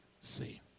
see